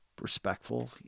respectful